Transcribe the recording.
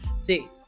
See